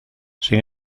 sin